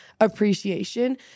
appreciation